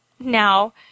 now